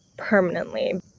permanently